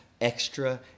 extra